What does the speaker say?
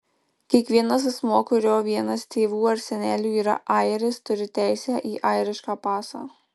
kiekvienas asmuo kurio vienas tėvų ar senelių yra airis turi teisę į airišką pasą